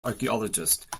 archaeologist